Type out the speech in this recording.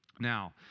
Now